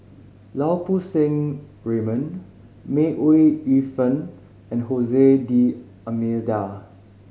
Lau Poo Seng Raymond May Ooi Yu Fen and D'Almeida